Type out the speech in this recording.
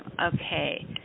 Okay